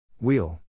Wheel